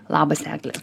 labas egle